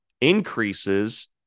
increases